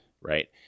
right